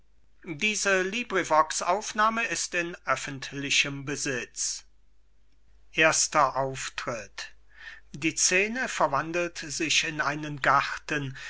erster auftritt die scene verwandelt sich in einen garten